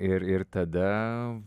ir ir tada